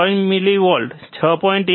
3 millivolt 6